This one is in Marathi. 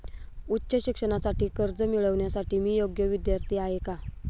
उच्च शिक्षणासाठी कर्ज मिळविण्यासाठी मी योग्य विद्यार्थी आहे का?